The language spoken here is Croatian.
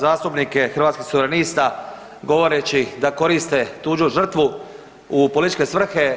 Zastupnike hrvatskih suverenista govoreći da koriste tuđu žrtvu u političke svrhe.